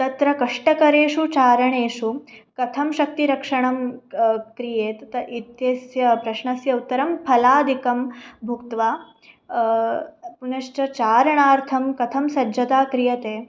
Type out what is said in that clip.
तत्र कष्टकरेषु चारणेषु कथं शक्तिरक्षणं क्रियेत् त इत्यस्य प्रश्नस्य उत्तरं फलादिकं भुक्त्वा पुनश्च चारणार्थं कथं सज्जता क्रियते